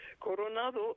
Coronado